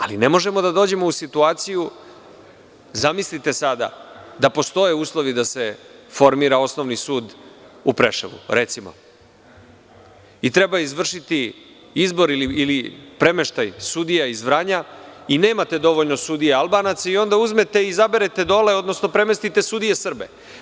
Ali, ne možemo da dođemo u situaciju, zamislite da postoje uslovi da se formira osnovni sud u Preševu, recimo, i treba izvršiti izbor ili premeštaj sudija iz Vranja i nemate dovoljno sudija Albanaca i onda izaberete dole, odnosno premestite sudije Srbe.